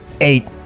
Eight